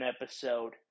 episode